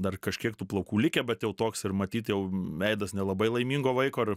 dar kažkiek tų plaukų likę bet jau toks ir matyt jau veidas nelabai laimingo vaiko ir